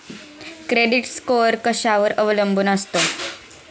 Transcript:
Credit score कशावर अवलंबून असतो?